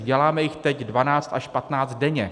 Děláme jich teď dvanáct až patnáct denně.